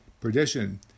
perdition